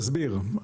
תסביר.